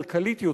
כלכלית יותר.